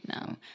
No